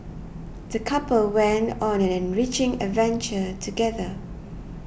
the couple went on an enriching adventure together